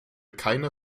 keiner